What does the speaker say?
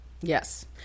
Yes